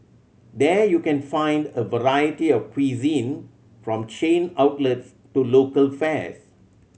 there you can find a variety of cuisine from chain outlets to local fares